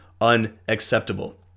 unacceptable